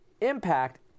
Impact